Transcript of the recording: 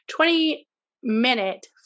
20-minute